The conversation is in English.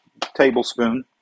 tablespoon